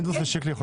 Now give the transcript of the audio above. כן.